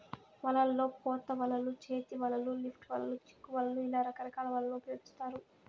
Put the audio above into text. వలల్లో పోత వలలు, చేతి వలలు, లిఫ్ట్ వలలు, చిక్కు వలలు ఇలా రకరకాల వలలను ఉపయోగిత్తారు